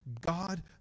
God